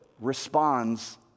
responds